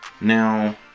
Now